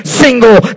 single